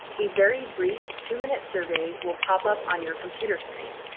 a very brief two minute survey will pop up on your computer screen,